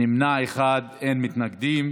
נמנע אחד, אין מתנגדים.